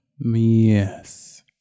yes